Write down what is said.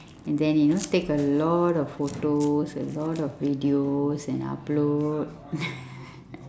and then you know take a lot of photos a lot of videos and upload